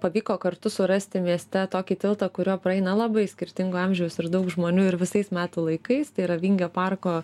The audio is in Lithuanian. pavyko kartu surasti mieste tokį tiltą kuriuo praeina labai skirtingo amžiaus ir daug žmonių ir visais metų laikais tai yra vingio parko